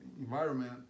environment